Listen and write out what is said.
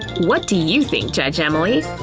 what do you think, judge emily?